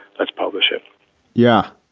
let's publish it yeah,